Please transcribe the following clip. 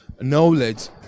knowledge